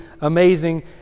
amazing